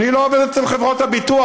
אני לא עובד אצל חברות הביטוח,